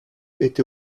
était